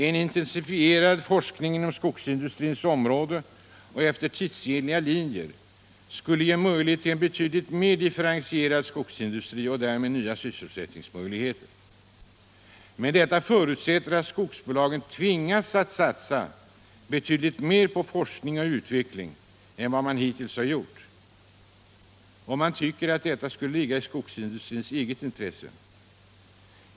En intensifierad forskning inom skogsindustrins område och efter tidsenliga linjer skulle ge möjligheter till en betydligt mer differentierad skogsindustri och därmed nya sysselsättningsmöjligheter. Detta förutsätter att skogsbolagen tvingas satsa betydligt mer på forskning och utveckling än hittills. Man tycker att detta skulle ligga i skogsindustrins eget intresse.